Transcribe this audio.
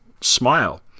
Smile